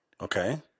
Okay